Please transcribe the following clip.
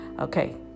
Okay